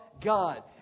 God